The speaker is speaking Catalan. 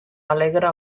alegra